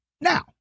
now